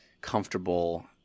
comfortable